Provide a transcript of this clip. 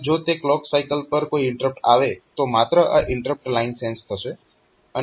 તો જો તે ક્લોક સાયકલ પર કોઈ ઇન્ટરપ્ટ આવે તો માત્ર આ ઇન્ટરપ્ટ લાઇન સેન્સ થશે